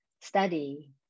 study